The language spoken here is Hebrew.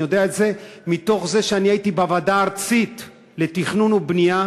אני יודע את זה כי אני הייתי בוועדה הארצית לתכנון ובנייה,